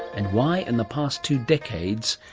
and why, in the past two decades,